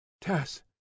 Tess